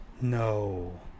No